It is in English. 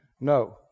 no